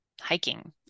hiking